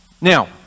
Now